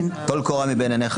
טול קורה מבין עיניך.